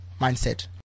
mindset